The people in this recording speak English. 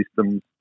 systems